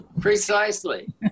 Precisely